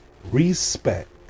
respect